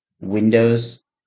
windows